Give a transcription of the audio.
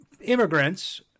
immigrants